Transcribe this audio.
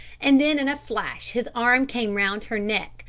and then in a flash his arm came round her neck,